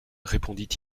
répondit